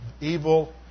evil